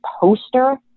poster